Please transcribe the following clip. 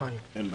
אין בעיה.